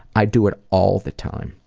i do it all the time,